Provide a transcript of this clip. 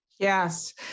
Yes